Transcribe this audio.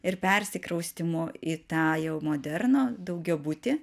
ir persikraustymu į tą jau modernų daugiabutį